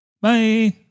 Bye